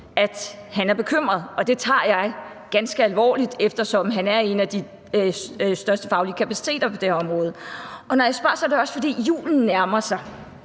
at han er bekymret. Og det tager jeg ganske alvorligt, eftersom han er en af de største faglige kapaciteter på det her område. Når jeg spørger, er det også, fordi julen nærmer sig,